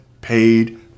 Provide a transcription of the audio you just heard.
paid